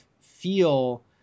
feel